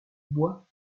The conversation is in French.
bois